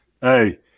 Hey